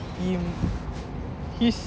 him he's